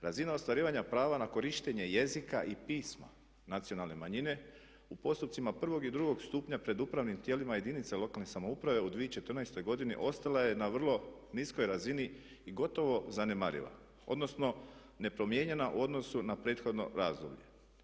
Razina ostvarivanja prava na korištenje jezika i pisma nacionalne manjine u postupcima prvog i drugog stupnja pred upravnim tijelima jedinice lokalne samouprave u 2014. godini ostala je na vrlo niskoj razini i gotovo zanemariva, odnosno nepromijenjena u odnosu na prethodno razdoblje.